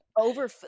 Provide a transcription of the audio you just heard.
over